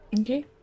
Okay